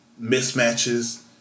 mismatches